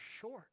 short